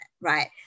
right